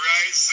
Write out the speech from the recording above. Right